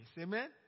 Amen